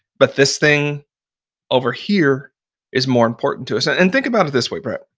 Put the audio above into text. but this thing over here is more important to us. and and think about it this way, brett.